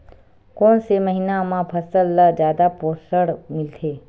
कोन से महीना म फसल ल जादा पोषण मिलथे?